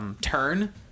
turn